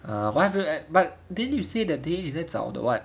ah why don't at but didn't you say that day 你在找 the what